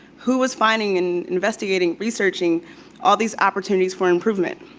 who was finding and investigating, researching all these opportunities for improvement.